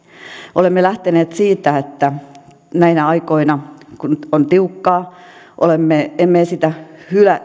olemme lähteneet siitä että näinä aikoina kun on tiukkaa emme esitä